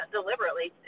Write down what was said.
deliberately